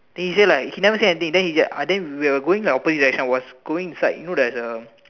then he say like he never say anything then he say just uh then we are going by the opposite direction I was going beside you know there's a